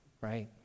right